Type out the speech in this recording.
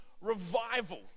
revival